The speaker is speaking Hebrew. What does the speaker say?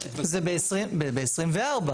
זה ב-24'.